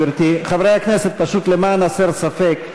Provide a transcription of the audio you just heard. פשוט למען הסר ספק,